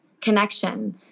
connection